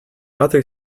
other